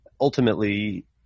ultimately